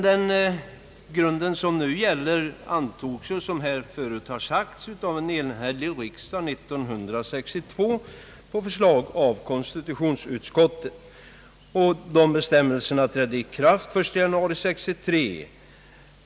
Den grund som nu gäller för försäkringen antogs, som här har sagts, av en enhällig riksdag år 1962 på förslag av konstitutionsutskottet och bestämmelserna trädde i kraft den 1 januari 1963.